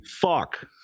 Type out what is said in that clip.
fuck